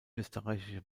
österreichische